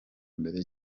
mbere